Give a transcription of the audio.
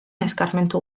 eskarmentu